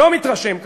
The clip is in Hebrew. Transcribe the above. לא מתרשם ככה.